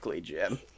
Jim